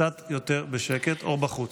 קצת יותר בשקט או בחוץ.